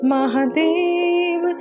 Mahadev